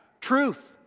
Truth